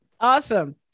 Awesome